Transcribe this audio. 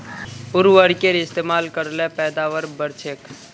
उर्वरकेर इस्तेमाल कर ल पैदावार बढ़छेक